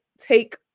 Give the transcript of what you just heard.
take